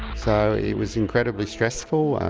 so it was incredibly stressful.